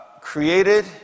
created